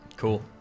Cool